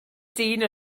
dyn